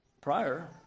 prior